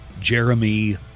Jeremy